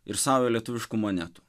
ir saują lietuviškų monetų